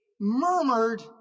murmured